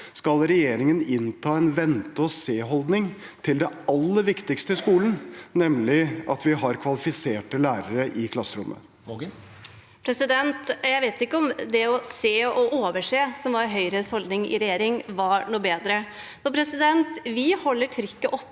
skal regjeringen innta en vente og se-holdning til det aller viktigste i skolen, nemlig at vi har kvalifiserte lærere i klasserommet? Elise Waagen (A) Jeg vet ikke om det å se og overse, som var Høyres holdning i regjering, var noe bedre. Vi holder trykket oppe